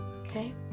Okay